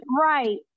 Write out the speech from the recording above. right